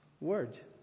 word